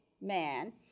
man